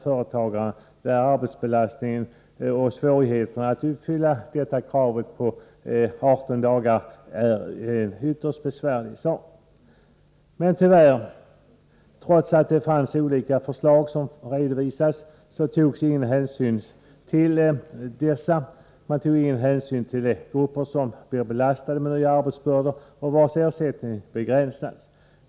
För dessa är nämligen arbetsbelastningen sådan att det blir ytterst besvärligt att uppfylla 18-dagarskravet. Men tyvärr, trots att det redovisades olika förslag beaktades inte dessa, och man tog ingen hänsyn till de grupper som belastas med nya arbetsbördor och vars ersättning begränsas.